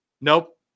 Nope